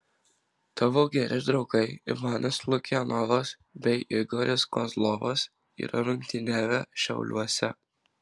tavo geri draugai ivanas lukjanovas bei igoris kozlovas yra rungtyniavę šiauliuose